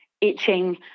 itching